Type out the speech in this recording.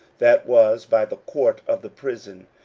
that was by the court of the prison.